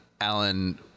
Alan